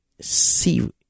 see